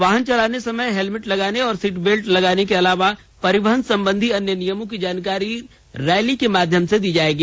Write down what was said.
वाहन चलाने समय हेलमेट लगाने और सीट बेल्ट लगाने के अलावा परिवहन संबंधी अन्य नियमों की जानकारी रैली के माध्यम से दी जाएगी